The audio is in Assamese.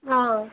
অঁ